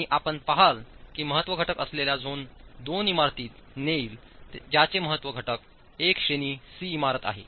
आणि आपण पहाल की महत्त्व घटक आपल्याला झोन 2 इमारतीत नेईल ज्याचे महत्त्व घटक एक श्रेणी सी इमारत आहे